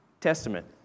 Testament